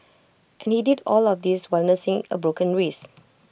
and he did all of this while nursing A broken wrist